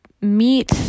meet